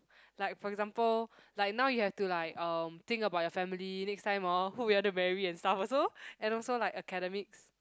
like for example like now you have to like um think about your family next time orh who you want to marry and stuff also and also like academics